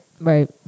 Right